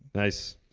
nice,